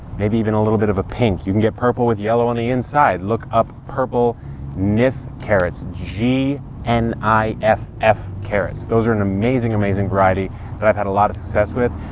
maybe even a little bit of a pink. you can get purple with yellow on the inside. look up purple gniff carrots, g n i f f carrots. those are an amazing, amazing variety that i've had a lot of success with.